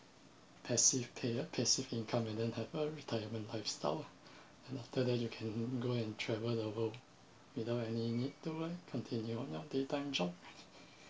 passive pay passive income and then have a retirement lifestyle ah and after that you can go and travel the world without any need to like continue on your daytime job